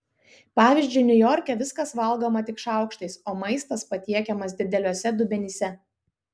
pavyzdžiui niujorke viskas valgoma tik šaukštais o maistas patiekiamas dideliuose dubenyse